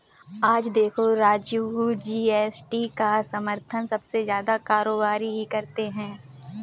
आज देखो राजू जी.एस.टी का समर्थन सबसे ज्यादा कारोबारी ही करते हैं